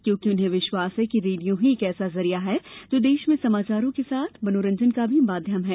क्योंकि उन्हें विश्वास है कि रेडियो ही एक ऐसा जरिया है जो देश में समाचारों के साथ मनोरंजन का भी माध्यम है